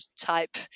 type